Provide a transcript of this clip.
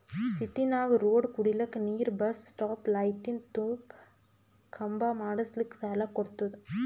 ಸಿಟಿನಾಗ್ ರೋಡ್ ಕುಡಿಲಕ್ ನೀರ್ ಬಸ್ ಸ್ಟಾಪ್ ಲೈಟಿಂದ ಖಂಬಾ ಮಾಡುಸ್ಲಕ್ ಸಾಲ ಕೊಡ್ತುದ